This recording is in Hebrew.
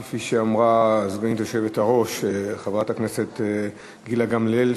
כפי שאמרה סגנית היושב-ראש חברת הכנסת גילה גמליאל,